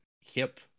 hip